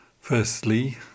Firstly